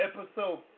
episode